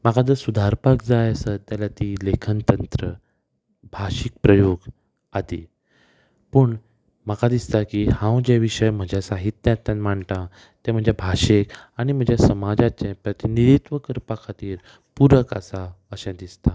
म्हाका जर सुदारपाक जाय आसत जाल्या ती लेखनतंत्र भाशीक प्रयोग आदी पूण म्हाका दिसता की हांव जे विशय म्हज्या साहित्यांतल्यान मांडटा ते म्हज्या भाशेक आनी म्हज्या समाजाचे प्रतिनिधित्व करपा खातीर पुरक आसा अशें दिसता